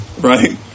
right